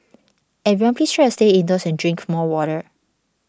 everyone please try to stay indoors and drink more water